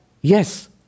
yes